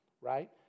right